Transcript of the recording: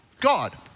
God